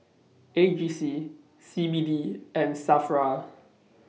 A G C C B D and SAFRA